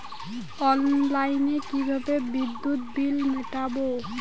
অনলাইনে কিভাবে বিদ্যুৎ বিল মেটাবো?